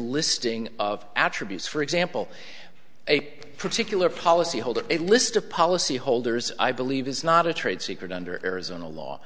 listing of attributes for example a particular policy holder a list of policyholders i believe is not a trade secret under arizona law